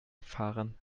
fahren